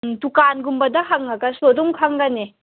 ꯗꯨꯀꯥꯟꯒꯨꯝꯕꯗ ꯍꯪꯉꯒꯁꯨ ꯑꯗꯨꯝ ꯈꯪꯒꯅꯤ